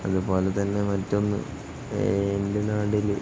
അതുപോലെ തന്നെ മറ്റൊന്ന് എൻ്റെ നാട്ടില്